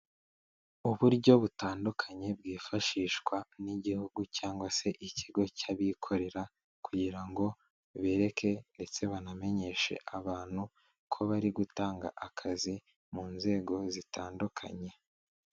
Uburyo butandukanye bwifashishwa n'igihugu cyangwa se ikigo cy'abikorera, kugira ngo bereke ndetse banamenyeshe abantu ko bari gutanga akazi mu nzego zitandukanye.